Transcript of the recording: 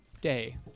day